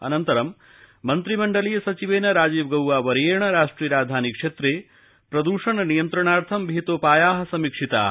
अनन्तरं मन्त्रिमण्डलीय सचिवेन राजीव गौवा वर्येण राष्ट्रिय राजधानी क्षेत्रे प्रदूषण नियन्त्रणार्थ विहितोपायाः तेन समीक्षिताः